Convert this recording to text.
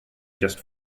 just